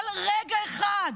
כל רגע אחד